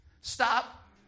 Stop